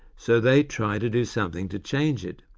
so they try to do something to change it.